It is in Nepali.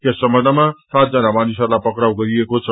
यस सम्बन्धमा सातजना मानिसहरूलाई पक्राउ गरिएको छ